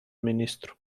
ministru